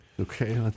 Okay